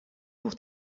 pour